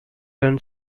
turn